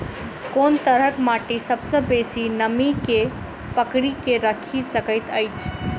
कोन तरहक माटि सबसँ बेसी नमी केँ पकड़ि केँ राखि सकैत अछि?